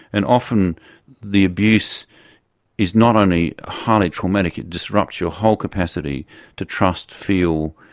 and often the abuse is not only highly traumatic, it disrupts your whole capacity to trust, feel,